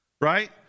right